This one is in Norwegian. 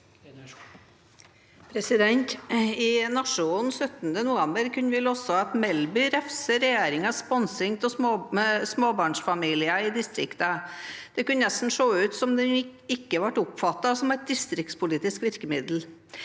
I Nationen 17. november kunne vi lese at Melby refset regjeringens sponsing av småbarnsfamilier i distriktene. Det kunne nesten se ut som om det ikke ble oppfattet som et distriktspolitisk virkemiddel.